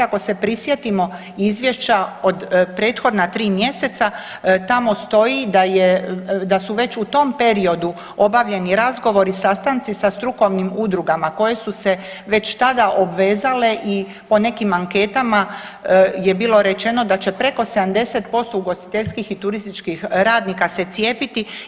Ako se prisjetimo izvješća od prethodna tri mjeseca tamo stoji da su već u tom periodu obavljeni razgovori, sastanci sa strukovnim udrugama koje su se već tada obvezale i po nekim anketama je bilo rečeno da će preko 70% ugostiteljskih i turističkih radnika se cijepiti.